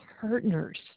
partners